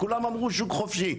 כולם אמרו שוק חופשי.